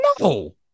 No